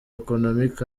economic